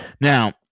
Now